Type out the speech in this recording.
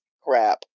crap